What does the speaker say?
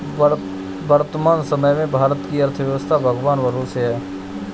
वर्तमान समय में भारत की अर्थव्यस्था भगवान भरोसे है